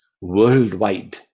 worldwide